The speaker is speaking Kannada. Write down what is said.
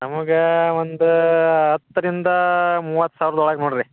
ನಮಗ ಒಂದು ಹತ್ತರಿಂದ ಮೂವತ್ತು ಸಾವಿರದೊಳಗ ನೋಡ್ರಿ